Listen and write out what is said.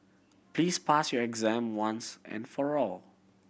please pass your exam once and for all